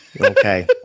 Okay